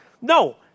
No